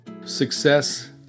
Success